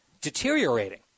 deteriorating